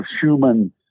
human